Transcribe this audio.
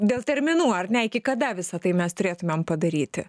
dėl terminų ar ne iki kada visa tai mes turėtumėm padaryti